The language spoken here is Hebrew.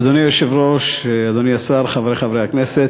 אדוני היושב-ראש, אדוני השר, חברי חברי הכנסת,